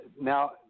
now